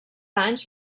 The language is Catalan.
anys